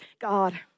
God